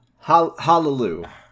Hallelujah